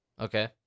Okay